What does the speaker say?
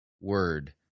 word